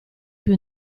più